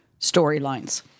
storylines